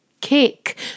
Kick